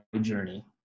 journey